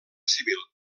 civil